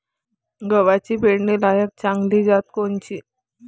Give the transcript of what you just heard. गव्हाची पेरनीलायक चांगली जात कोनची?